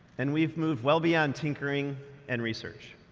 and we've moved well beyond tinkering and research.